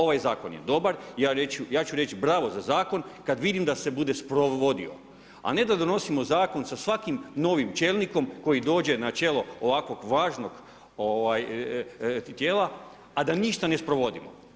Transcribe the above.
Ovaj zakon je dobar, ja ću reći bravo za zakon kada vidim da se bude sprovodio, a ne da donosimo zakon sa svakim novim čelnikom koji dođe na čelo ovakvog važnog tijela, a da ništa ne sprovodimo.